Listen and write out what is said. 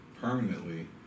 permanently